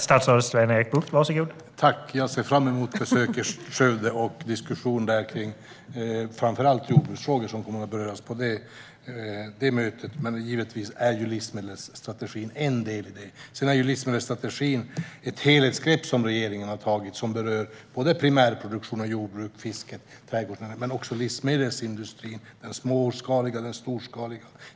Herr talman! Jag ser fram emot besöket i Skövde. Det är framför allt diskussion kring jordbruksfrågor som kommer att beröras på det mötet, men givetvis är livsmedelsstrategin en del i det. Livsmedelsstrategin är ett helhetsgrepp som regeringen har tagit som berör både primärproduktion och jordbruk, fiske och trädgård men också den småskaliga och storskaliga livsmedelsindustrin.